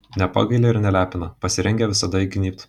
nepagaili ir nelepina pasirengę visada įgnybt